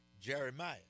Jeremiah